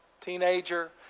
teenager